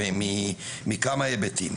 מכמה היבטים.